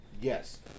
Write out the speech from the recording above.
Yes